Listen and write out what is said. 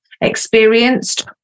experienced